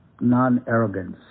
non-arrogance